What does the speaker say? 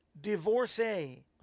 divorcee